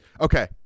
Okay